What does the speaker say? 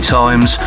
times